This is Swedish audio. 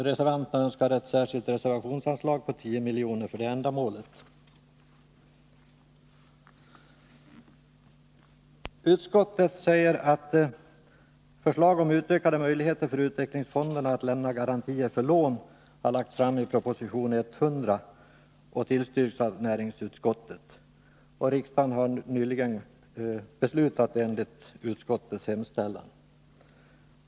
Reservanterna önskar ett särskilt reservationsanslag på 10 milj.kr. för det ändamålet. Utskottet säger att förslag om utökade möjligheter för utvecklingsfonden att lämna garantier för lån har lagts fram i proposition 100 och tillstyrkts av näringsutskottet. Riksdagen har nyligen beslutat enligt utskottets hemställan.